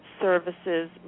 services